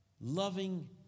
Loving